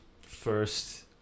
first